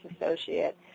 associate